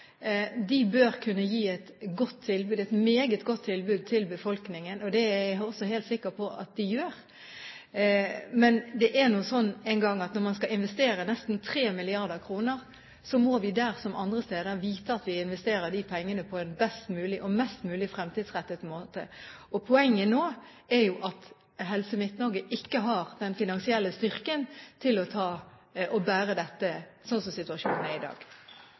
De bør kunne gi et godt tilbud – et meget godt tilbud – til befolkningen, og det er jeg også helt sikker på at de gjør. Men det er jo engang slik at når man skal investere nesten 3 mrd. kr, må vi der som andre steder, vite at vi investerer de pengene på en best mulig og mest mulig fremtidsrettet måte. Poenget nå er at Helse Midt-Norge ikke har den finansielle styrken til å bære dette, slik som situasjonen er i dag.